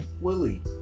Willie